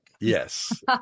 Yes